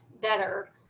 better